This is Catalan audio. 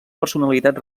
personalitat